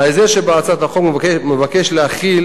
ההסדר שבהצעת החוק מבקש להחיל,